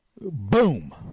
Boom